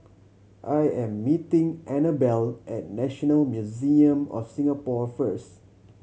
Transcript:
I am meeting Annabell at National Museum of Singapore first